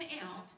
out